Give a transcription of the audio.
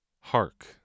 hark